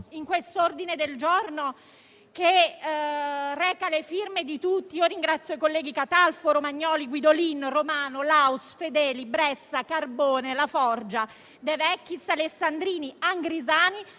nell'ordine del giorno che reca le firme di tutti. Ringrazio i colleghi Catalfo, Romagnoli, Guidolin, Romano, Laus, Fedeli, Bressa, Carbone, Laforgia, De Vecchis, Alessandrini, Angrisani,